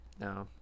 No